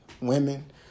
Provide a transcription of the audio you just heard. women